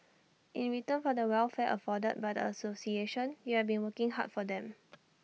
in return for the welfare afforded by the association you have been working hard for them